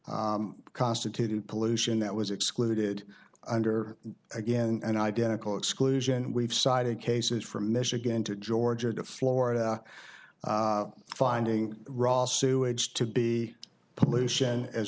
constituted pollution that was excluded under again and identical exclusion we've cited cases from michigan to georgia to florida finding raw sewage to be pollution as